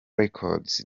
records